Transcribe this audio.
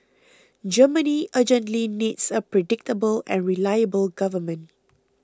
Germany urgently needs a predictable and reliable government